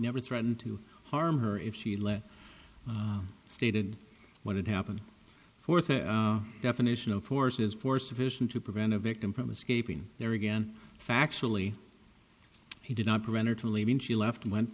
never threatened to harm her if she left stated what had happened forth a definition of force is for sufficient to prevent a victim from escaping there again factually he did not prevented from leaving she left